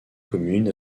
commune